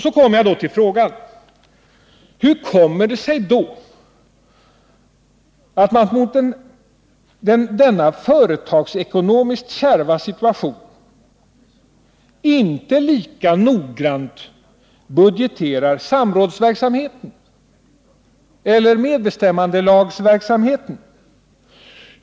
Så kommer jag till frågan: Hur kommer det sig att man i denna företagsekonomiskt kärva situation inte lika noggrant budgeterar samrådsverksamheten eller MBL-verksamheten?